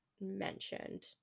mentioned